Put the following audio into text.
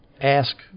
ask